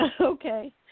Okay